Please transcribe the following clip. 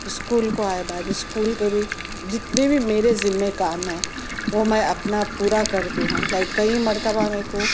اسکو ل کو آئے بعد اسکول کے بھی جتنے بھی میرے ذمے کام ہیں وہ میں اپنا پورا کرتی ہوں لایک کئی مرتبہ میرے کو